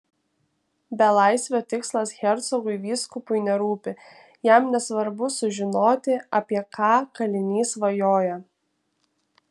belaisvio tikslas hercogui vyskupui nerūpi jam nesvarbu sužinoti apie ką kalinys svajoja